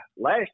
Last